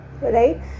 right